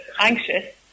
anxious